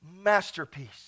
masterpiece